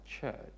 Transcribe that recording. church